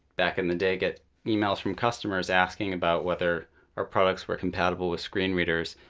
back in the day, get emails from customers asking about whether our products were compatible with screen readers.